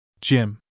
Jim